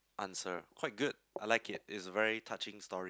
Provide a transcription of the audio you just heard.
answer quite good I like it it's very touching story